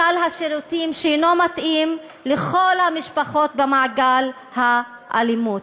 סל השירותים שאינו מתאים לכל המשפחות במעגל האלימות.